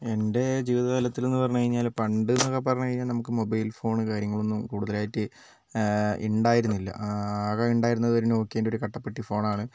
എൻ്റെ ജീവിതകാലത്തിലെന്ന് പറഞ്ഞുകഴിഞ്ഞാൽ പണ്ടെന്നൊക്കെ പറഞ്ഞുകഴിഞ്ഞാൽ നമുക്ക് മൊബൈൽ ഫോൺ കാര്യങ്ങളൊന്നും കൂടുതലായിട്ട് ഉണ്ടായിരുന്നില്ല ആകെ ഉണ്ടായിരുന്നത് ഒരു നോകിയെൻ്റെ ഒരു കട്ടപ്പെട്ടി ഫോൺ ആണ്